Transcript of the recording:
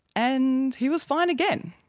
and he was fine again.